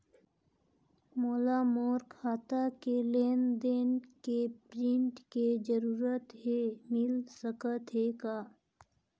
मोला मोर खाता के लेन देन के प्रिंट के जरूरत हे मिल सकत हे का?